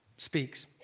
speaks